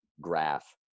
graph